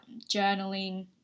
journaling